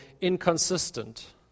inconsistent